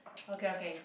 okay okay